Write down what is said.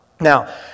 Now